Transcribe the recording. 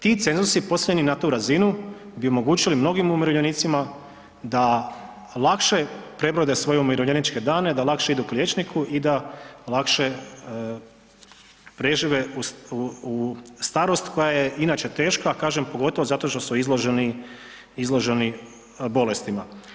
Ti cenzusi postavljeni na tu razinu bi omogućili mnogim umirovljenicima da lakše prebrode svoje umirovljeničke dane, da lakše idu k liječniku i da lakše prežive u starost koja je inače teška, a kažem pogotovo zato što su izloženi, izloženi bolestima.